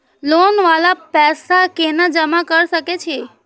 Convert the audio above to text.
Loan वाला पैसा केना जमा कर सके छीये?